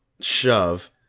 shove